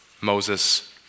Moses